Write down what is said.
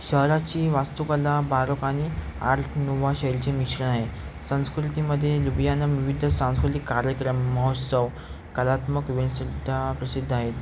शहराची वास्तुकला बारोक आणि आर्टनोवा शैलीचे मिश्रण आहे संस्कृतीमध्ये लुबियाना विविध सांस्कृतिक कार्यक्रम महोत्सव कालात्मक विवेसुद्धा प्रसिद्ध आहेत